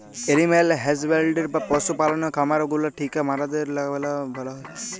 animal husbandry বা পশু পাললের খামার গুলা থিক্যা মরদের ম্যালা ভালা হ্যয়